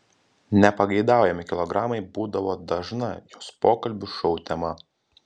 nepageidaujami kilogramai būdavo dažna jos pokalbių šou tema